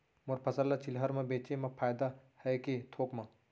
मोर फसल ल चिल्हर में बेचे म फायदा है के थोक म?